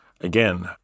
Again